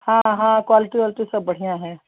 हाँ हाँ क्वालिटी वालिटी सब बढ़िया है